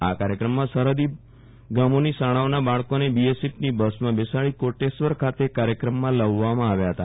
આ કાર્યક્રમમાં સરહદી ગામોની શાળાઓના બાળકોને બીએસએફની બસમાં બેસાડી કોટેશ્વર ખાતે કાર્યક્રમમાં લાવવામાં આવ્યા હતા